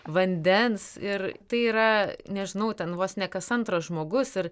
vandens ir tai yra nežinau ten vos ne kas antras žmogus ir